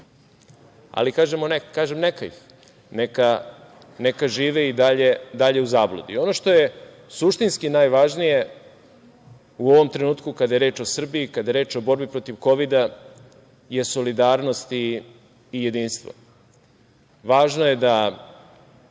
neka ih, neka žive i dalje i zabludi. Ono što je suštinski najvažnije u ovom trenutku kada je reč o Srbiji, kada je reč o borbi protiv kovida je solidarnost i jedinstvo. Važno je da